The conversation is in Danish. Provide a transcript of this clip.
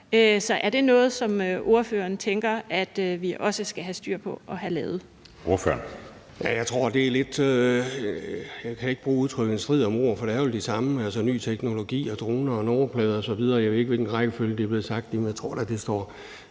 Så er det noget, som ordføreren tænker vi også skal have styr på at have lavet?